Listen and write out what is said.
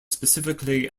specifically